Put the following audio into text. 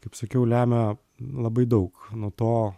kaip sakiau lemia labai daug nuo to